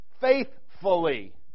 faithfully